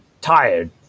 tired